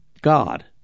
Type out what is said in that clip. God